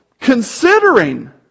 considering